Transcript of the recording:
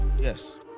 Yes